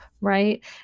right